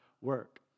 work